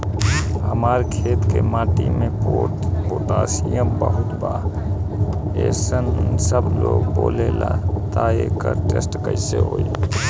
हमार खेत के माटी मे पोटासियम बहुत बा ऐसन सबलोग बोलेला त एकर टेस्ट कैसे होई?